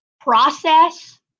process